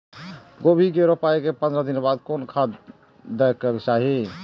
गोभी के रोपाई के पंद्रह दिन बाद कोन खाद दे के चाही?